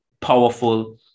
powerful